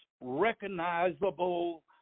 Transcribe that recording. recognizable